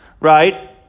right